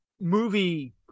movie